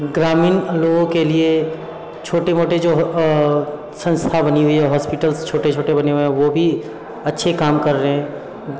ग्रामीण लोगों के लिए छोटे मोटे जो संस्था बनी हुई है हॉस्पिटल्स छोटे छोटे बने हुए हैं वो भी अच्छे काम कर रहे हैं